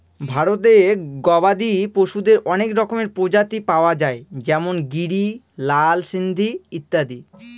ভারতে গবাদি পশুদের অনেক রকমের প্রজাতি পাওয়া যায় যেমন গিরি, লাল সিন্ধি ইত্যাদি